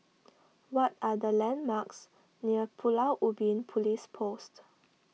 what are the landmarks near Pulau Ubin Police Post